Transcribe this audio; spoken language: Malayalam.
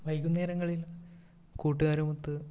വൈകുന്നേരങ്ങളിൽ കൂട്ടുകാരുമൊത്ത്